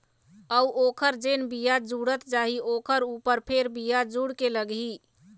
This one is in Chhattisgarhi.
अऊ ओखर जेन बियाज जुड़त जाही ओखर ऊपर फेर बियाज जुड़ के लगही